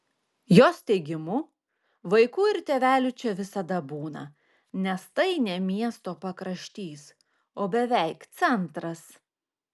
jos teigimu vaikų ir tėvelių čia visada būna nes tai ne miesto pakraštys o beveik centras